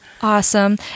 Awesome